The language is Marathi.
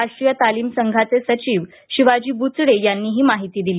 राष्ट्रीय तालीम संघाचे सचिव शिवाजी ब्रचडे यांनी ही माहिती दिली